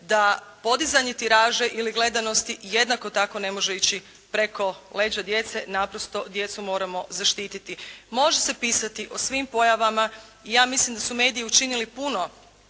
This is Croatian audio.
da podizanje tiraže ili gledanosti jednako tako ne može ići preko leđa djece. Naprosto, djecu moramo zaštititi. Može se pisati o svim pojavama. I ja mislim da su mediji učinili puno